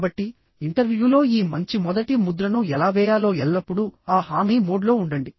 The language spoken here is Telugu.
కాబట్టిఇంటర్వ్యూలో ఈ మంచి మొదటి ముద్రను ఎలా వేయాలో ఎల్లప్పుడూ ఆ హామీ మోడ్లో ఉండండి